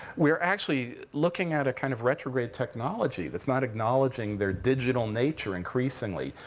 we're actually looking at a kind of retrograde technology that's not acknowledging their digital nature, increasingly.